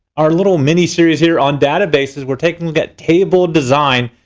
our little mini-series here on databases. we're taking a look at table design.